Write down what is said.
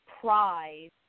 prize